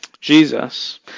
Jesus